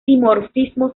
dimorfismo